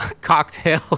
Cocktail